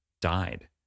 died